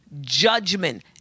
judgment